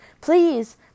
please